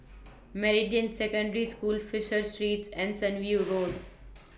Meridian Secondary School Fisher Street and Sunview Road